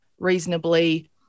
reasonably